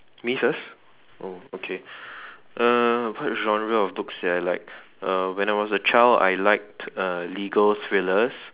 me first oh okay uh what genre of books did I like uh when I was a child I liked uh legal thrillers